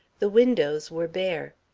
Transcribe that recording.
the windows were bare.